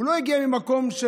הוא לא הגיע ממקום של